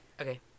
Okay